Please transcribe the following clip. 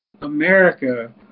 America